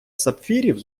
сапфирів